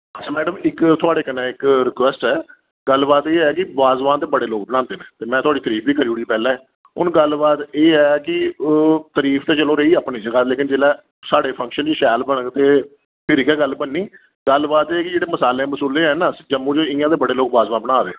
अच्छा मैडम इक थुआढ़े कन्नै इक रिक्वैस्ट ऐ गल्लबात एह् ऐ कि बाजवान ते बड़े लोक बनांदे न ते में थुआढ़ी तरीफ बी करुड़ी पैह्लें हून गल्लबात एह ऐ कि तरीफ ते चलो रेही अपनी जगह लेकिन जेल्लै साढ़े फंक्शन च शैल बनग ते फिर गै गल्ल बननी गल्लबात एह् ऐ कि जेह्ड़े मसाले मसूले हैन न इ'यां ते जम्मू च बड़े लोक वाजवान बना दे